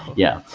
yeah.